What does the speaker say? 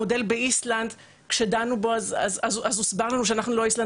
המודל באיסלנד כשדנו בו אז הוסבר לנו שאנחנו לא איסלנד,